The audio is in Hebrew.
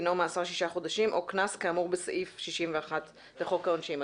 דינו מאסר ששישה חודשים או קנס כאמור בסעיף 61 לחוק העונשין".